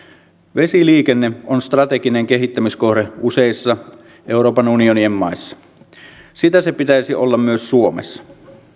vesiliikenne on strateginen kehittämiskohde useissa euroopan unionin maissa sitä sen pitäisi olla myös suomessa